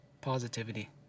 positivity